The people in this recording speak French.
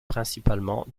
principalement